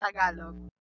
Tagalog